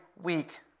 week